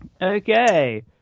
Okay